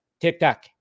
TikTok